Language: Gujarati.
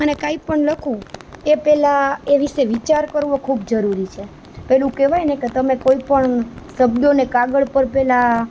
અને કંઇપણ લખું એ પહેલા એ વિશે વિચાર કરવો ખૂબ જરૂરી છે પેલુ કેહવાય ને કે તમે કોઈ પણ શબ્દોને કાગળ પર પહેલા